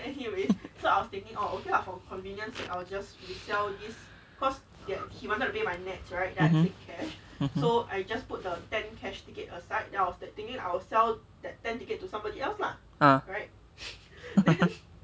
(uh huh) (uh huh) ah